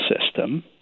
system